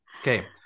Okay